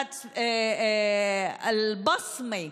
האת אל-בצמה.